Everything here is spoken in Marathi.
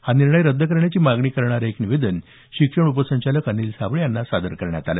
हा निर्णय रद्द करण्याची मागणी करणारं एक निवेदन शिक्षण उपसंचालक अनिल साबळे यांना सादर करण्यात आलं